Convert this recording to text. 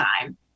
time